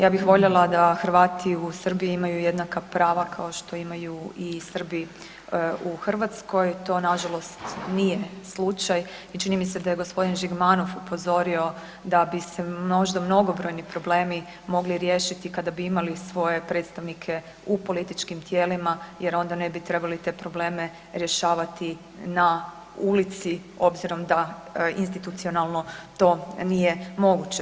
Ja bih voljela da Hrvati u Srbiji imaju jednaka prava kao što imaju i Srbi u Hrvatskoj, to nažalost nije slučaj i čini mi se da je gospodin Žigmanov upozorio da bi se možda mnogobrojni problemi mogli riješiti kada bi imali svoje i predstavnike u političkim tijelima jer onda ne bi trebali te probleme rješavati na ulici obzirom da institucionalno to nije moguće.